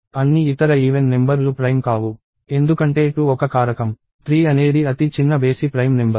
అన్ని ఇతర even number లు ప్రైమ్ కావు ఎందుకంటే 2 ఒక కారకం 3 అనేది అతి చిన్న బేసి ప్రైమ్ నెంబర్